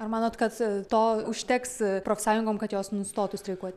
ar manot kad to užteks profsąjungom kad jos nustotų streikuoti